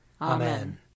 Amen